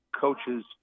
coaches